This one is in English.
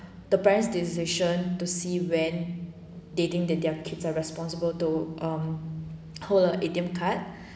the parents' decision to see when they think that their kids are responsible to um hold a A_T_M card